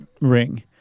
ring